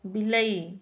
ବିଲେଇ